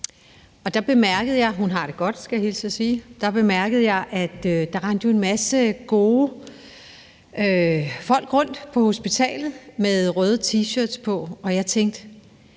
der bemærkede jeg, at der rendte en masse gode folk rundt på hospitalet med røde T-shirts på, og jeg tænkte: